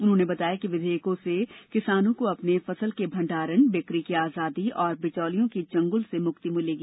उन्होंने बताया कि विधेयकों से किसानों को अपने फसल के भण्डारण बिक्री की आजादी और बिचौलियों के चंगुल से मुक्ति मिलेगी